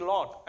Lord